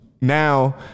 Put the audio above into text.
now